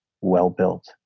well-built